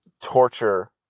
torture